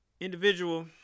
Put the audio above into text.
individual